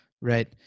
Right